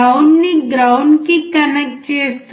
ground ని ground కి connect చేస్తున్నాము